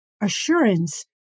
assurance